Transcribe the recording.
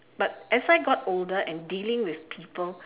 but as I got older and dealing with people